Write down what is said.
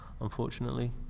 unfortunately